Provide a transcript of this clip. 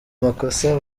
makosa